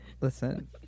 listen